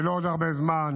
ולא עוד הרבה זמן.